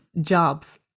jobs